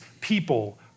people